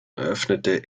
eröffnete